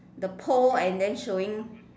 the pole and then showing